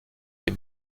les